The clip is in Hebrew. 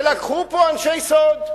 שלקחו פה אנשי סוד,